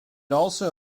also